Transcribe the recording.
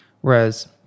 whereas